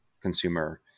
consumer